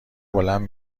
بلند